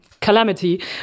calamity